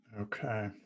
Okay